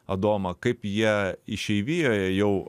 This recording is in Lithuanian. adomą kaip jie išeivijoje jau